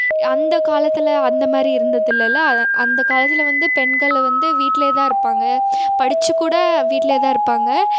அந்தக் காலத்தில் அந்த மாதிரி இருந்தது இல்லைல அ அந்தக் காலத்தில் வந்து பெண்களை வந்து வீட்டில் தான் இருப்பாங்க படித்து கூட வீட்டில் தான் இருப்பாங்க